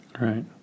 Right